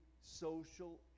social